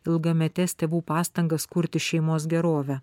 ilgametes tėvų pastangas kurti šeimos gerovę